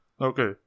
Okay